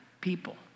people